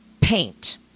paint